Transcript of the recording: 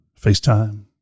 FaceTime